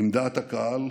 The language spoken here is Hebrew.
עם דעת הקהל,